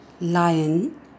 lion